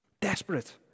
Desperate